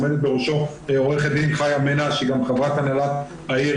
עומדת בראשו עו"ד חיה מנע שהיא גם חברת הנהלת העיר